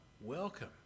welcome